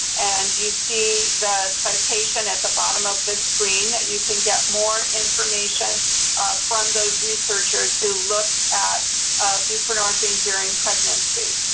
and you see the citation at the bottom of this screen, and you can get more information from those researchers who looked at buprenorphine during pregnancy.